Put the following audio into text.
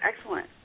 Excellent